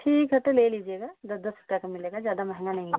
ठीक है तो ले लीजिएगा दस दस रुपये का मिलेगा ज़्यादा महंगा नहीं है